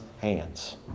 hands